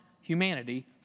humanity